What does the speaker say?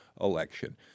election